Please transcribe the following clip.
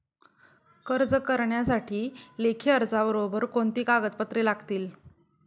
कर्ज करण्यासाठी लेखी अर्जाबरोबर कोणती कागदपत्रे लागतील?